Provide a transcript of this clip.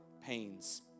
pains